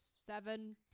seven